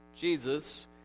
Jesus